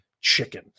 chicken